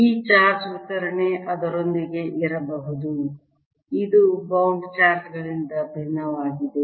ಈ ಚಾರ್ಜ್ ವಿತರಣೆ ಅದರೊಳಗೆ ಇರಬಹುದು ಇದು ಬೌಂಡ್ ಚಾರ್ಜ್ ಗಳಿಂದ ಭಿನ್ನವಾಗಿದೆ